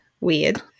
weird